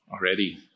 already